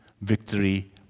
victory